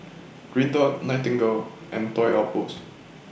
Green Dot Nightingale and Toy Outpost